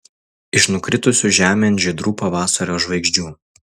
iš nukritusių žemėn žydrų pavasario žvaigždžių